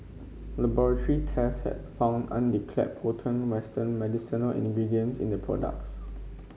laboratory tests had found undeclared potent western medicinal ingredients in the products